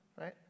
right